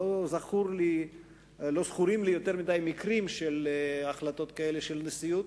לא זכורים לי יותר מדי מקרים של החלטות כאלה של נשיאות,